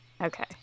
Okay